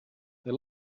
they